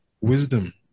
wisdom